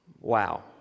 Wow